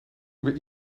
uber